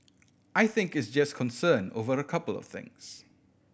I think is just concern over a couple of things